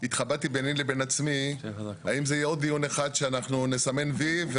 התחבטתי ביני לבין עצמי האם זה יהיה עוד דיון אחד שאנחנו נסמן וי.